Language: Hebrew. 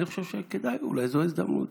אני חושב שאולי כדאי, אולי זאת ההזדמנות.